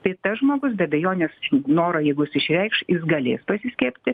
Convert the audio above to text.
tai tas žmogus be abejonės norą jeigu jis išreikš jis galės pasiskiepyti